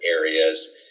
areas